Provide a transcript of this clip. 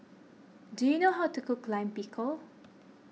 do you know how to cook Lime Pickle